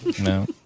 No